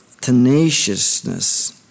tenaciousness